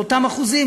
באותם אחוזים,